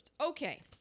okay